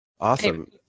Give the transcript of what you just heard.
Awesome